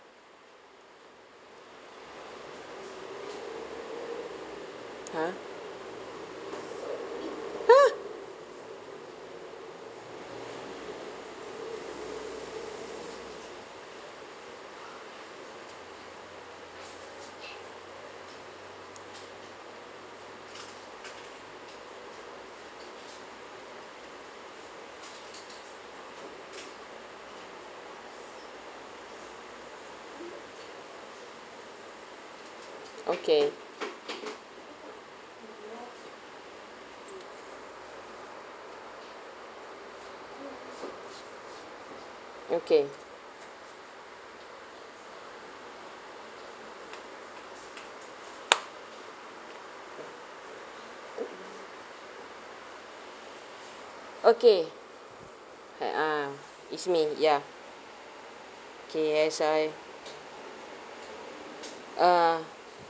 !huh! !huh! okay okay okay had ah is me ya okay as I uh